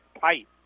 tight